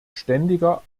ständiger